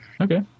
Okay